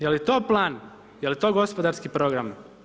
Je li to plan, je li to gospodarski program?